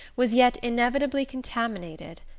was yet inevitably contaminated.